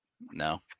No